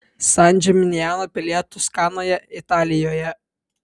san džiminjano pilyje toskanoje italijoje